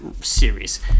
series